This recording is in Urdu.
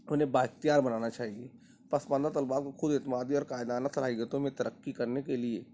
انہیں بااختیار بنانا چاہیے پسماندہ طلباء کو خوداعتمادی اور قائدانہ صلاحیتوں میں ترقی کرنے کے لیے